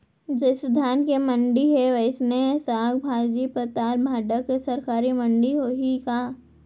जइसे धान के मंडी हे, वइसने साग, भाजी, पताल, भाटा के सरकारी मंडी होही का?